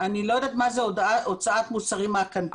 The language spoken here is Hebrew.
אני לא יודעת מה זה הוצאת מוצרים מהקנטינה.